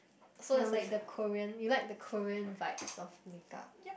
so it's like the Korean you like the Korean vibes of makeup